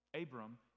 Abram